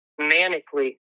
manically